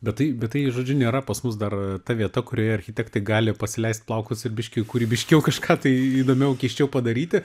bet tai bet tai žodžiu nėra pas mus dar ta vieta kurioje architektai gali pasileist plaukus ir biški kūrybiškiau kažką tai įdomiau keisčiau padaryti